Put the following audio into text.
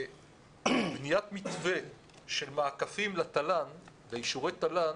בניית מתווה של מעקפים לתל"ן, לאישורי תל"ן,